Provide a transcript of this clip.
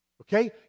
okay